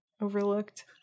overlooked